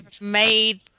made